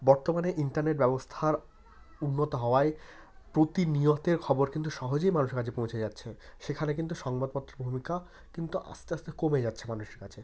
বর্তমানে ইন্টারনেট ব্যবস্থার উন্নত হওয়ায় প্রতিনিয়তের খবর কিন্তু সহজেই মানুষের কাছে পৌঁছে যাচ্ছে সেখানে কিন্তু সংবাদপত্রের ভূমিকা কিন্তু আস্তে আস্তে কমে যাচ্ছে মানুষের কাছে